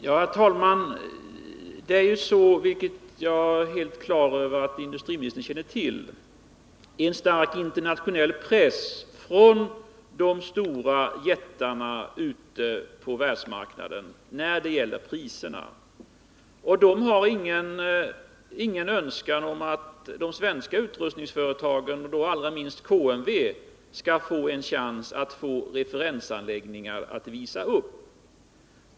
Herr talman! Det finns, vilket jag är medveten om att industriministern känner till, en stark internationell prispress från de stora jättarna ute på världsmarknaden. De har ingen önskan att de svenska utrustningsföretagen, allra minst KMV, skall få referensanläggningar att visa upp.